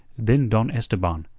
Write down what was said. then don esteban,